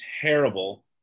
terrible